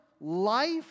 life